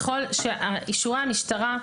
אישורי המשטרה,